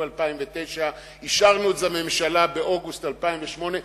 2009. אישרנו אז בממשלה באוגוסט 2008,